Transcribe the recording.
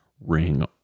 ring